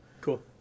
Cool